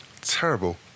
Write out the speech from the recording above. terrible